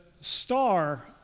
star